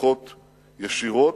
לשיחות ישירות,